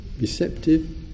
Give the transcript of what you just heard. receptive